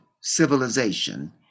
civilization